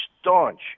staunch